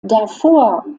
davor